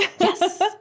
Yes